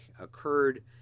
occurred